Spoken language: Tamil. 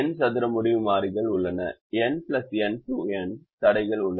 N சதுர முடிவு மாறிகள் உள்ளன n n2 n தடைகள் உள்ளன